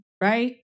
right